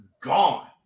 gone